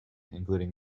including